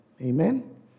Amen